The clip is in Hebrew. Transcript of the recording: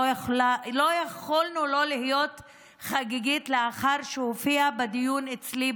לא יכולנו שלא להיות באווירה חגיגית לאחר שהופיעו בדיון אצלי,